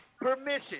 Permission